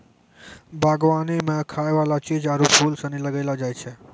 बागवानी मे खाय वाला चीज आरु फूल सनी लगैलो जाय छै